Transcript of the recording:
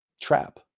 trap